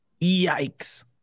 Yikes